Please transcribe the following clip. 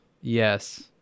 Yes